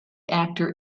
actor